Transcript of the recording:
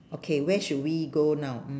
okay where should we go now